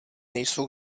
nejsou